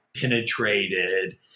penetrated